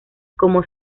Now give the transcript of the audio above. como